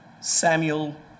Samuel